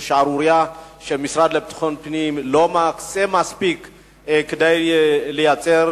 שהמשרד לביטחון פנים לא מקצה מספיק כדי שיהיו